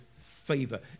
favor